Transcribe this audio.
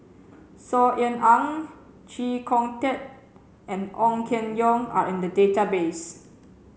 Saw Ean Ang Chee Kong Tet and Ong Keng Yong are in the database